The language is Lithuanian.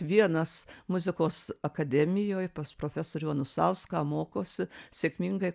vienas muzikos akademijoj pas profesorių anusauską mokosi sėkmingai